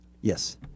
Yes